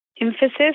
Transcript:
emphasis